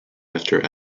after